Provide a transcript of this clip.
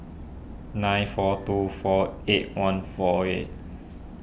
nine four two four eight one four eight